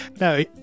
No